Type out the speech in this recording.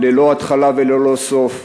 ללא התחלה וללא סוף.